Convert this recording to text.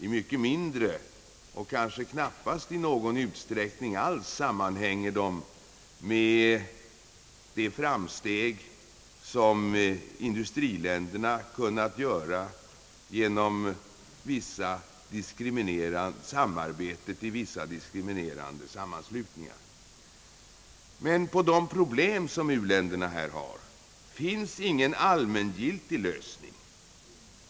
I mycket mindre och kanske knappast i någon utsträckning alls sammanhän ger de med de framsteg som industriländerna kunnat göra genom samarbetet i vissa diskriminerande sammanslutningar. På de problem som u-länderna har finns emellertid ingen allmänglitig lösning.